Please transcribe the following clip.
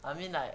I mean like